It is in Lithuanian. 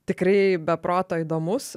tikrai be proto įdomus